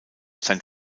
sein